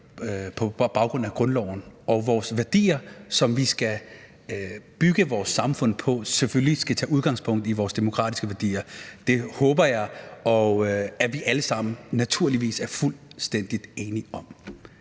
er baseret på grundloven. Og de værdier, som vi skal bygge vores samfund på, skal selvfølgelig tage udgangspunkt i vores demokratiske værdier. Det håber jeg naturligvis at vi alle sammen er fuldstændig enige om.